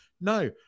No